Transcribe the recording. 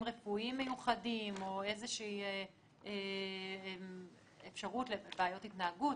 רפואיים מיוחדים או איזושהי אפשרות לבעיות התנהגות.